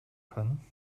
können